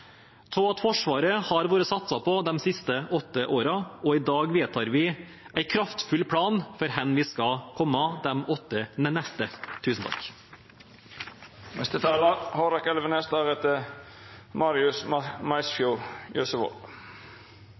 at Forsvaret har vært satset på de siste åtte årene, og i dag vedtar vi en kraftfull plan for hvor vi skal komme de åtte neste.